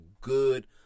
good